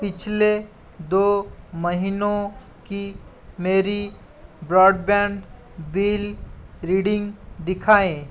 पिछले दो महीनों की मेरी ब्रॉडबैंड बिल रीडिंग दिखाएँ